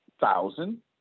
thousand